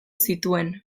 zituen